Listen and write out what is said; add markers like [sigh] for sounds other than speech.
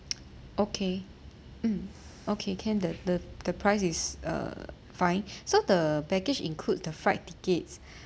[noise] okay hmm okay can the the the price is uh fine so the package includes the flight tickets